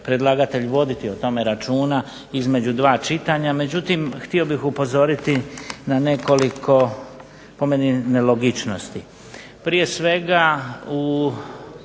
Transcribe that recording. predlagatelj voditi o tome računa između dva čitanja. Međutim, htio bih upozoriti na nekoliko po meni nelogičnosti. Prije svega,